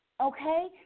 Okay